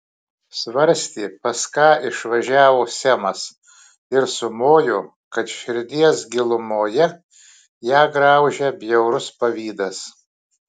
svarstė pas ką išvažiavo semas ir sumojo kad širdies gilumoje ją graužia bjaurus pavydas